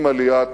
עם עליית